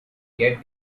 yet